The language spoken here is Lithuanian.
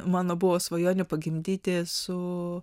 mano buvo svajonė pagimdyti su